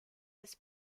this